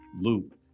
loop